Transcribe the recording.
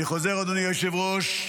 אני חוזר, אדוני היושב-ראש.